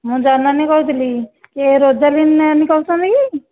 ମୁଁ ଜନନୀ କହୁଥିଲି କିଏ ରୋଜାଲିନ୍ ନାନୀ କହୁଛନ୍ତି କି